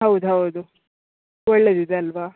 ಹೌದು ಹೌದು ಒಳ್ಳೇದಿದೆ ಅಲ್ಲವಾ